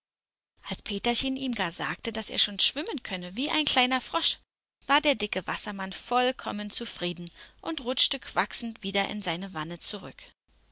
als peterchen ihm gar sagte daß er schon schwimmen könne wie ein kleiner frosch war der dicke wassermann vollkommen zufrieden und rutschte quaksend wieder in seine wanne zurück